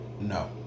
no